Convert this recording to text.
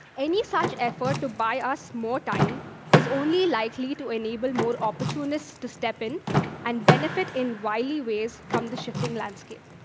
any such effort to buy us more time is only likely to enable more opportunists to step in and benefit in wily ways from the shifting landscape.